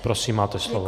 Prosím, máte slovo.